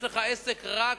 יש לך עסק רק